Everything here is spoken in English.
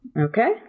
Okay